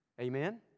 amen